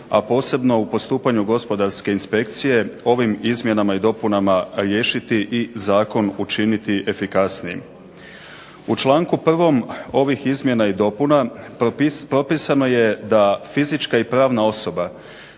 a posebno u postupanju gospodarske inspekcije ovim izmjenama i dopunama riješiti i zakon učiniti efikasnijim. U članku 1. ovim izmjena i dopuna propisano je da fizička i pravna osoba